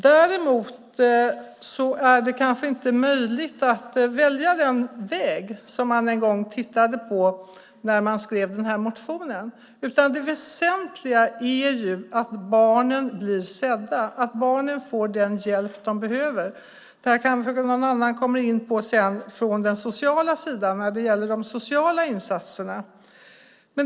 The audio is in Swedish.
Däremot är det kanske inte möjligt att välja den väg som man den gången tittade på när motionerna skrevs. Det väsentliga är att barnen blir sedda och att barnen får den hjälp de behöver. Sedan kommer någon annan in från den sociala sidan när det gäller de sociala insatserna.